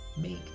make